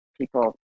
people